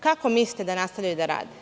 Kako mislite da nastave da rade?